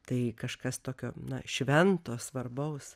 tai kažkas tokio na švento svarbaus